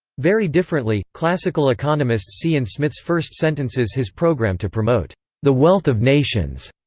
very differently, classical economists see in smith's first sentences his programme to promote the wealth of nations.